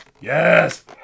Yes